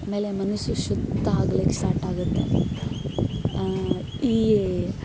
ಆಮೇಲೆ ಮನಸು ಶುದ್ಧ ಆಗ್ಲಿಕ್ಕೆ ಸ್ಟಾಟ್ ಆಗುತ್ತೆ ಈ